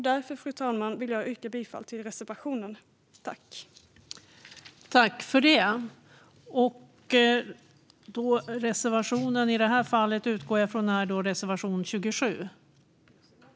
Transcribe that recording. Därför, fru talman, vill jag yrka bifall till reservation 27.